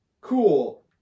cool